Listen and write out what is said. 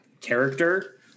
character